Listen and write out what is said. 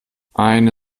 eine